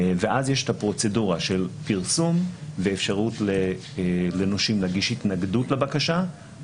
ואז יש את הפרוצדורה של פרסום ואפשרות לנושים להגיש התנגדות לבקשה.